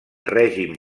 règim